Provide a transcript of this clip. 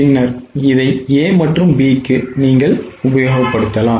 பின்னர் இதை A மற்றும் B க்கு நீங்கள் உபயோகப்படுத்தலாம்